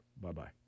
Bye-bye